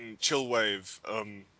Chillwave